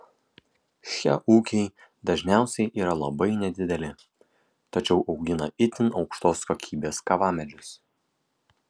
šie ūkiai dažniausiai yra labai nedideli tačiau augina itin aukštos kokybės kavamedžius